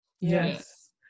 yes